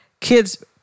kids